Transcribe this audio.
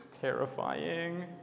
Terrifying